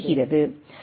எனவே அது குவிகிறது